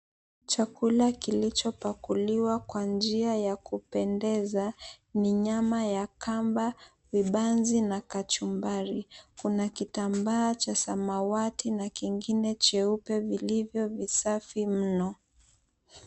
Chakula kilichopakuliwa kwa njia ya kupendeza, ni nyama ya kamba, vibanzi na kachumbari. Kuna kitambaa cha samawati na kingine cheupe vilivyo visafi mno.